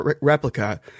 replica